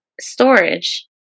storage